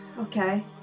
okay